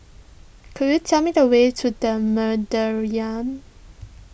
could you tell me the way to the